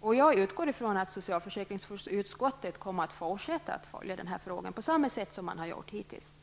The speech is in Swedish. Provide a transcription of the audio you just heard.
Jag utgår från att socialförsäkringsutskottet kommer att fortsätta att följa denna fråga på samma sätt som hittills.